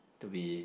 to be